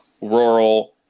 rural